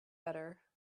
better